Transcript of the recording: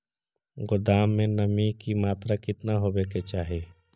गोदाम मे नमी की मात्रा कितना होबे के चाही?